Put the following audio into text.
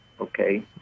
okay